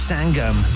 Sangam